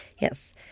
Yes